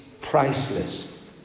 priceless